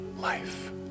life